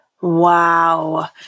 Wow